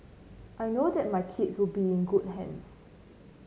I know that my kids would be in good hands